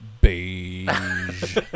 beige